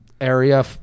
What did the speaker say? area